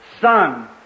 Son